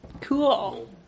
Cool